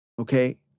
Okay